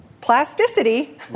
plasticity